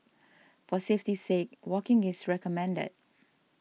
for safety's sake walking is recommended